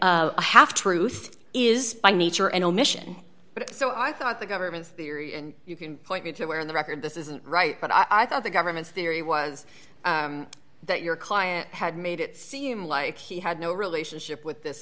a half truth is by nature an omission but so i thought the government's theory and you can point me to where in the record this isn't right but i thought the government's theory was that your client had made it seem like he had no relationship with this